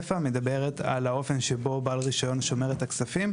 והסיפא מדברת על האופן שבו בעל רישיון שומר את הכספים,